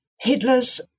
Hitler's